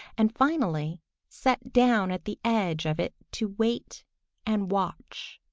and finally sat down at the edge of it to wait and watch.